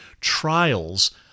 trials